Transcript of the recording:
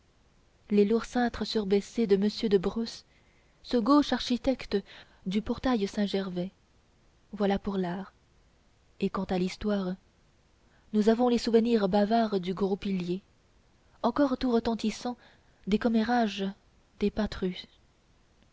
les lourds cintres surbaissés de m de brosse ce gauche architecte du portail saint-gervais voilà pour l'art et quant à l'histoire nous avons les souvenirs bavards du gros pilier encore tout retentissant des commérages des patrus